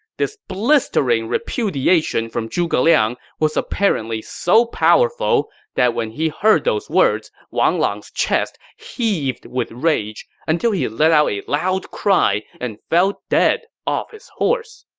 this blistering repudiation from zhuge liang was apparently so powerful that when he heard those words, wang lang's chest heaved with rage, until he let out a loud cry and fell dead off his horse.